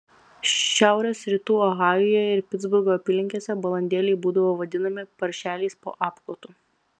šiaurės rytų ohajuje ir pitsburgo apylinkėse balandėliai būdavo vadinami paršeliais po apklotu